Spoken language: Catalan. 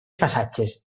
passatges